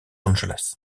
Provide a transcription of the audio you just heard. angeles